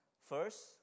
First